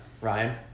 Ryan